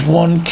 one